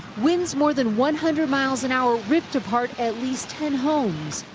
winds more than one hundred miles an hour ripped apart at least ten homes.